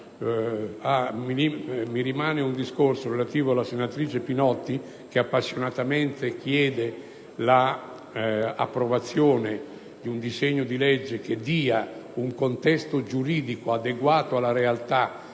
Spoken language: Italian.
Mi rimane da rispondere alla senatrice Pinotti che, appassionatamente, chiede l'approvazione di un disegno di legge che dia un contesto giuridico adeguato alla realtà